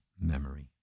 memory